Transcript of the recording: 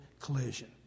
collision